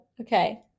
Okay